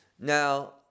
now